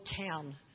town